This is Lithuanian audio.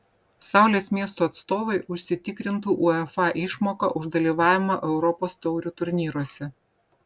saulės miesto atstovai užsitikrintų uefa išmoką už dalyvavimą europos taurių turnyruose